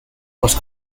was